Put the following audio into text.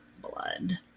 blood